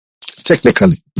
Technically